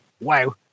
wow